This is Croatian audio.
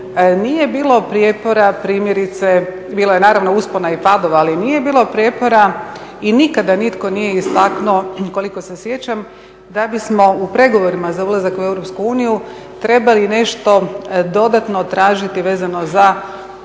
nije bilo prijepora primjerice, bilo je naravno uspona i padova, ali nije bilo prijepora i nikada nitko nije istaknuo koliko se sjećam da bismo u pregovorima za ulazak u EU trebali nešto dodatno tražiti vezano za Zakon